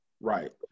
Right